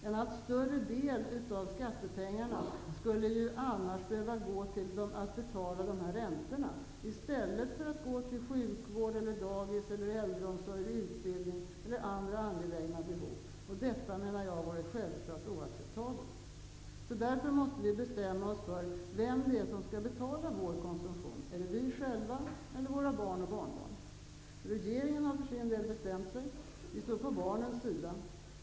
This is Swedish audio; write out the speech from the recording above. En allt större del av skattepengarna skulle annars behöva gå till att betala dessa räntor, i stället för att gå till sjukvård, dagis, äldreomsorg, utbildning eller andra angelägna behov. Jag menar att detta självfallet vore oacceptabelt. Därför måste vi bestämma oss för vem det är som skall betala vår konsumtion. Är det vi själva eller våra barn och barnbarn? Regeringen har för sin del bestämt sig. Vi står på barnens sida.